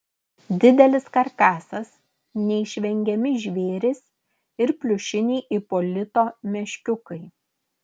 didelis karkasas neišvengiami žvėrys ir pliušiniai ipolito meškiukai